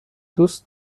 دوست